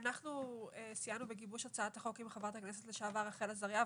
אנחנו סייענו בגיבוש הצעת החוק עם חברת הכנסת לשעבר רחל עזריה,